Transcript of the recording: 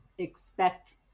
expect